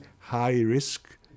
high-risk